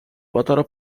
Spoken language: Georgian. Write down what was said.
პატარა